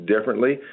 differently